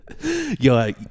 yo